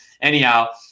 Anyhow